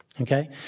Okay